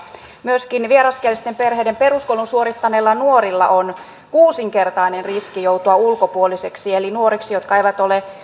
myöskin vieraskielisten perheiden peruskoulun suorittaneilla nuorilla on kuusinkertainen riski joutua ulkopuoliseksi eli nuoriksi jotka eivät ole